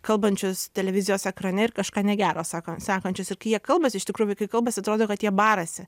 kalbančius televizijos ekrane ir kažką negero sako sakančius ir kai jie kalbasi iš tikrųjų vaikai kalbasi atrodo kad jie barasi